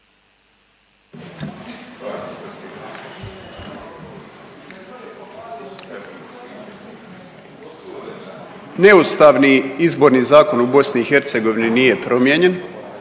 Neustavni Izborni zakon u BiH nije promijenjen,